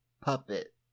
puppet